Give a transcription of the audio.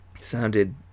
sounded